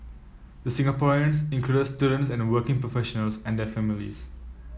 the Singaporeans included students and working professionals and their families